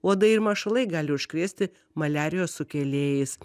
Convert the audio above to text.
uodai ir mašalai gali užkrėsti maliarijos sukėlėjais